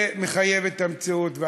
זה מחויב המציאות.